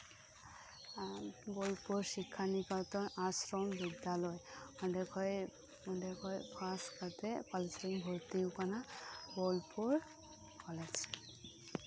ᱵᱳᱞᱯᱩᱨ ᱥᱤᱠᱠᱷᱟᱱ ᱱᱤᱠᱮᱛᱚᱱ ᱟᱥᱨᱚᱢ ᱵᱤᱫᱽᱫᱟᱞᱚᱭ ᱚᱸᱰᱮ ᱠᱷᱚᱱ ᱚᱸᱰᱮ ᱠᱷᱚᱱ ᱯᱟᱥ ᱠᱟᱛᱮᱫ ᱠᱚᱞᱮᱡᱽ ᱨᱤᱧ ᱵᱷᱩᱨᱛᱤ ᱟᱠᱟᱱᱟ ᱵᱳᱞᱯᱩᱨ ᱠᱚᱞᱮᱡᱽ